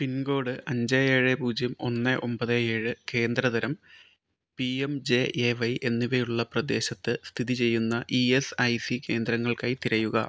പിൻ code അഞ്ച് ഏഴ് പൂജ്യം ഒന്ന് ഒമ്പത് ഏഴ് കേന്ദ്ര തരം P M J A Y എന്നിവയുള്ള പ്രദേശത്ത് സ്ഥിതി ചെയ്യുന്ന ഇ എസ് ഐ സി കേന്ദ്രങ്ങൾക്കായി തിരയുക